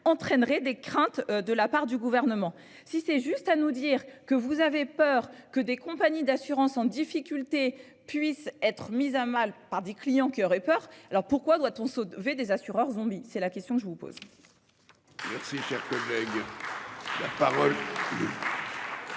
entraînerait des craintes de la part du gouvernement. Si c'est juste à nous dire que vous avez peur que des compagnies d'assurances en difficulté puissent être mise à mal par des clients qui auraient peur alors pourquoi doit-on sauver des assureurs zombie. C'est la question, je vous pose.